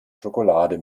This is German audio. schokolade